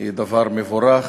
היא דבר מבורך,